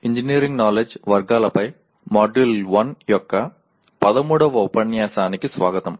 engineering knowledge వర్గాలపై module 1 యొక్క 13వ ఉపన్యాసానికి స్వాగతం